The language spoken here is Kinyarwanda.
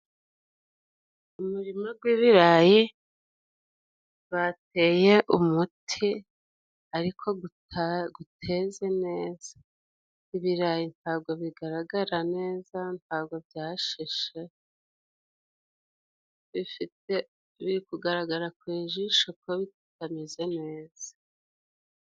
Umurima gw'ibirayi bateye umuti ariko guteze neza. Ibirayi ntago bigaragara neza, ntago byashishe, bifite biri kugaragara ku jisho ko bitameze neza.